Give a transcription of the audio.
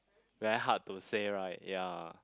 very hard to say right ya